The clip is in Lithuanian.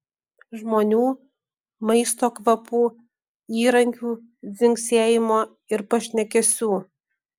žmonių maisto kvapų įrankių dzingsėjimo ir pašnekesių